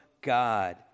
God